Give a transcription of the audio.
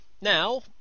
now